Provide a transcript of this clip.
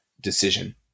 decision